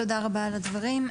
תודה רבה על הדברים.